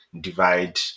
divide